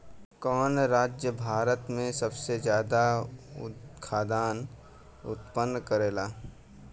कवन राज्य भारत में सबसे ज्यादा खाद्यान उत्पन्न करेला?